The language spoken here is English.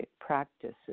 practices